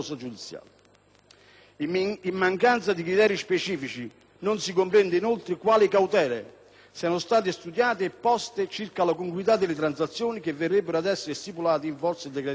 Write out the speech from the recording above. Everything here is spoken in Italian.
In mancanza di criteri specifici non si comprende, inoltre, quali cautele siano state studiate e poste circa la congruità delle transazioni che verrebbero ad essere stipulate in forza del decreto in oggetto.